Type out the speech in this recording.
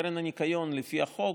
קרן הניקיון, לפי החוק,